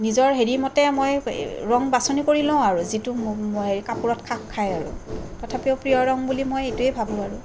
নিজৰ হেৰি মতে মই ৰং বাছনি কৰি লওঁ আৰু যিটো কাপোৰত খাপ খায় আৰু তথাপিও মই প্ৰিয় ৰং বুলি এইটোৱেই ভাবোঁ বাৰু